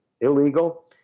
illegal